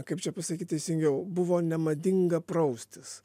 kaip čia pasakyt teisingiau buvo nemadinga praustis